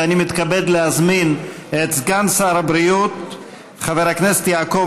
ואני מתכבד להזמין את סגן שר הבריאות חבר הכנסת יעקב